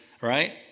right